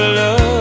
love